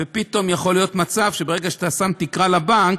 פתאום, יכול להיות מצב שברגע שאתה שם תקרה לבנק,